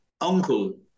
uncle